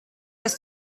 ist